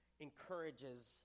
encourages